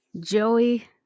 Joey